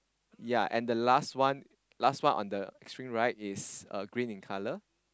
ya and the last one last one on the extreme right is uh green in color